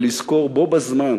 ולזכור בו בזמן